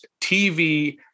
TV